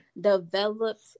developed